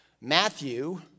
matthew